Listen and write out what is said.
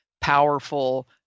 powerful